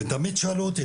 ותמיד שאלו אותי,